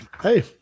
Hey